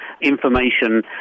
information